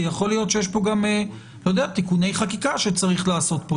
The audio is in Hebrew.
יכול להיות שיש גם תיקוני חקיקה שצריך לעשות פה.